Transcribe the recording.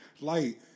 light